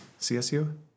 CSU